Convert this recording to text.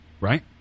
Right